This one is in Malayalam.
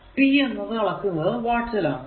P എന്നത് അളക്കുന്നത് വാട്ട്സ് ൽ ആണ്